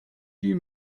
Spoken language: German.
die